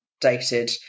dated